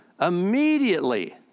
immediately